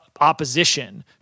opposition